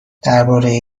درباره